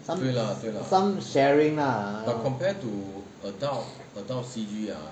some some sharing lah